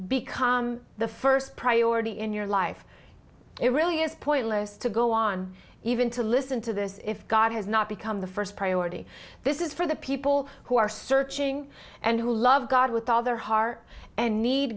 become the first priority in your life it really is pointless to go on even to listen to this if god has not become the first priority this is for the people who are searching and who love god with all their heart and need